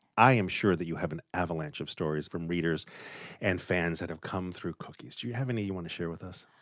i am sure that you have an avalanche of stories from readers and fans that have come through cookies. do you have any you want to share with us?